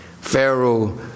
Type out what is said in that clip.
Pharaoh